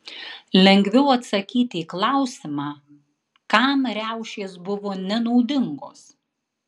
lengviau atsakyti į klausimą kam riaušės buvo nenaudingos